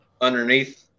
underneath